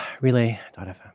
Relay.fm